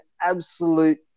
absolute